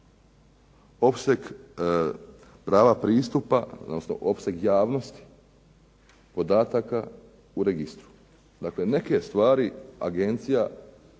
opseg prava pristupa, odnosno opseg javnosti podataka u registru. Dakle, neke stvari agencija